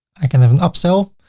i can have an upsell.